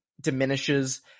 diminishes